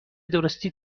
درستی